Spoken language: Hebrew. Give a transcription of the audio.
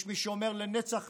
יש מי שאומר שזה לנצח-נצחים,